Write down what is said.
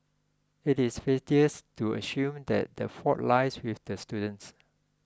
it is facetious to assume that the fault lies with the students